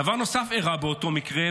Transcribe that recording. דבר נוסף אירע באותו מקרה,